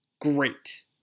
great